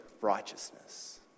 righteousness